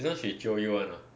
this [one] she jio you [one] ah